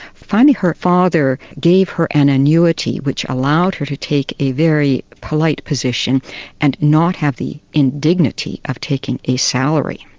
finally her father gave her an annuity which allowed her to take a very polite position and not have the indignity of taking a salary.